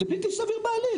זה בלתי סביר בעליל,